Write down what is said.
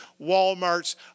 Walmart's